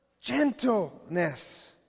gentleness